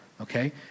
okay